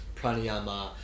pranayama